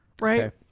right